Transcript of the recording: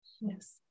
Yes